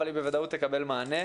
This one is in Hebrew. אבל היא בוודאות תקבל מענה.